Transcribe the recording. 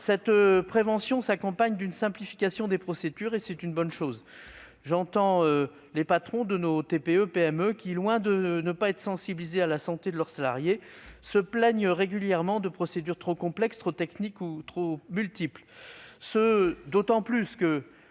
Cette prévention s'accompagne d'une simplification bienvenue des procédures. J'entends effectivement les patrons de nos TPE et PME qui, loin de ne pas être sensibilisés à la santé de leurs salariés, se plaignent régulièrement de procédures trop complexes, trop techniques ou trop nombreuses,